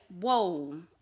whoa